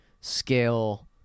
scale